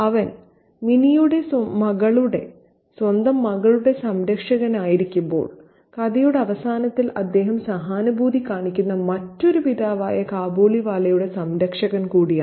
അവൻ മിനിയുടെ മകളുടെ സ്വന്തം മകളുടെ സംരക്ഷകനായിരിക്കുമ്പോൾ കഥയുടെ അവസാനത്തിൽ അദ്ദേഹം സഹാനുഭൂതി കാണിക്കുന്ന മറ്റൊരു പിതാവായ കാബൂളിവാലയുടെ സംരക്ഷകൻ കൂടിയാണ്